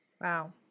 wow